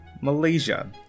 Malaysia